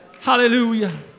Hallelujah